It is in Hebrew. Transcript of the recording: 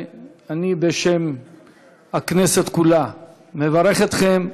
ובשם הכנסת כולה אני מברך אתכם.